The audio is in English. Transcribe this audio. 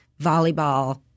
volleyball